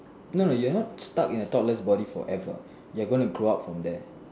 no no you are not stuck in a toddler body forever you are going to grow up from there